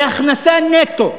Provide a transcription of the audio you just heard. זו הכנסה נטו.